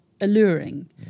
alluring